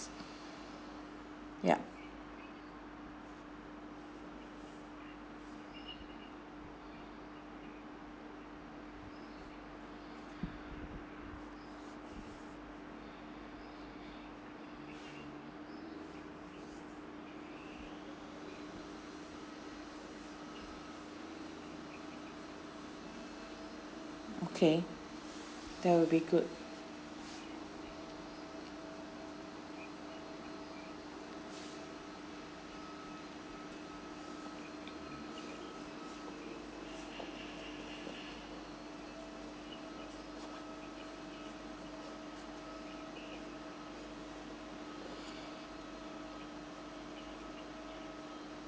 yup okay that will be good